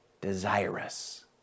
desirous